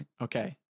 okay